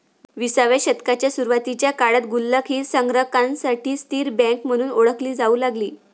विसाव्या शतकाच्या सुरुवातीच्या काळात गुल्लक ही संग्राहकांसाठी स्थिर बँक म्हणून ओळखली जाऊ लागली